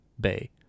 Bay